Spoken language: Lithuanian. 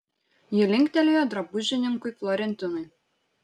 ji linktelėjo drabužininkui florentinui